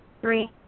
Three